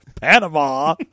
Panama